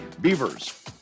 Beavers